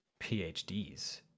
PhDs